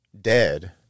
dead